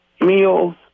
meals